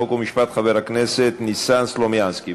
חוק ומשפט חבר הכנסת ניסן סלומינסקי.